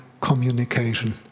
communication